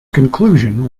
conclusion